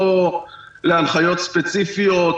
לא להנחיות ספציפיות,